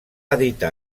editar